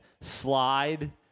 slide